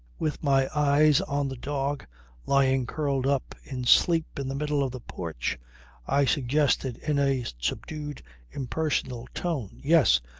with my eyes on the dog lying curled up in sleep in the middle of the porch i suggested in a subdued impersonal tone yes.